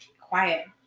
quiet